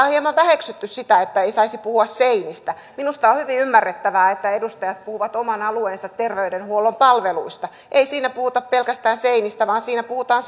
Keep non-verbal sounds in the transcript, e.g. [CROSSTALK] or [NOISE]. [UNINTELLIGIBLE] on hieman väheksytty sitä että ei saisi puhua seinistä minusta on hyvin ymmärrettävää että edustajat puhuvat oman alueensa terveydenhuollon palveluista ei siinä puhuta pelkästään seinistä vaan siinä puhutaan [UNINTELLIGIBLE]